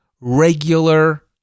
regular